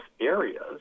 areas